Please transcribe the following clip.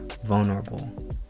vulnerable